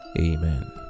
Amen